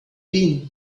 been